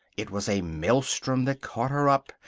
it was a maelstrom that caught her up,